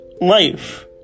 life